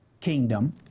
kingdom